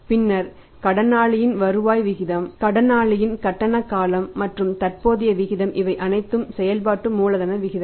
பின்னர் கடனாளியின் வருவாய் விகிதம் கடனாளியின் கட்டண காலம் மற்றும் தற்போதைய விகிதம் இவை அனைத்தும் செயல்பாட்டு மூலதன விகிதங்கள்